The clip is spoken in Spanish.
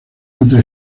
entre